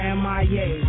mia